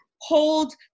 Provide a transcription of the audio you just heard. Hold